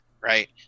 right